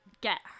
get